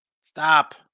Stop